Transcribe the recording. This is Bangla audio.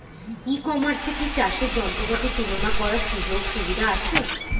ই কমার্সে কি চাষের যন্ত্রপাতি তুলনা করার সুযোগ সুবিধা আছে?